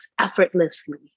effortlessly